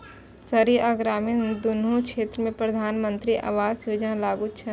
शहरी आ ग्रामीण, दुनू क्षेत्र मे प्रधानमंत्री आवास योजना लागू छै